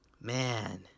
man